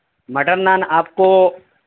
mutton naan آپ کو